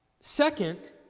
Second